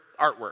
artwork